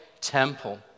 temple